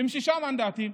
עם שישה מנדטים.